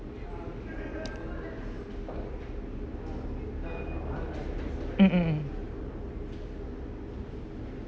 mm mm mm